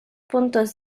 puntos